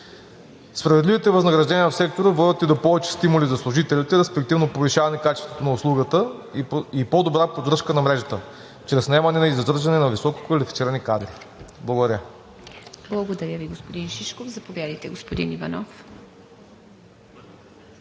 Справедливите възнаграждения в сектора водят и до повече стимули за служителите, респективно повишаване качеството на услугата и по-добра поддръжка на мрежата чрез наемане и задържане на висококвалифицирани кадри. Благодаря. ПРЕДСЕДАТЕЛ ИВА МИТЕВА: Благодаря Ви, господин Шишков. Заповядайте, господин Иванов.